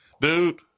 dude